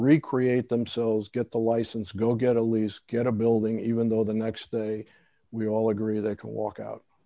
recreate themselves get the license go get a lease get a building even though the next day we all agree they can walk out